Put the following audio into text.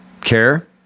care